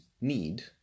need